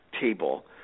table